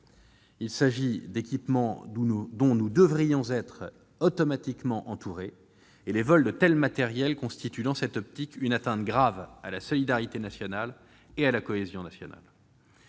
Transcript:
Il s'agit d'équipements dont nous devrions être systématiquement entourés et les vols de tels matériels constituent, dans cette optique, une atteinte grave à la solidarité et à la cohésion nationales.